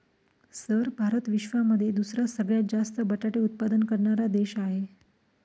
sir Bharat विश्वामध्ये दुसरा सगळ्यात जास्त बटाटे उत्पादन करणारा देश आहे